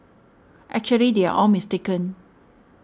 actually they are all mistaken